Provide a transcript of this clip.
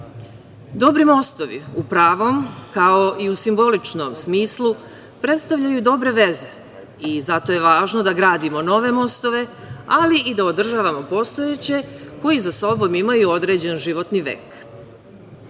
ljude. Dobri mostovi u pravom, kao i u simboličnom smislu predstavljaju dobre veze i zato je važno da gradimo nove mostove, ali i da održavamo postojeće koji za sobom imaju određeni životni vek. Zato